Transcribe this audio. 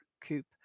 coop